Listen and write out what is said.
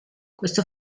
questo